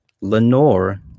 Lenore